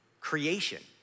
Creation